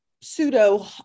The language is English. pseudo